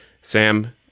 Sam